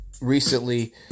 recently